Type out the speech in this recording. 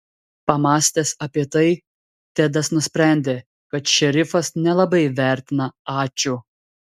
pamąstęs apie tai tedas nusprendė kad šerifas nelabai vertina ačiū